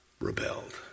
Rebelled